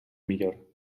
millor